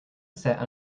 set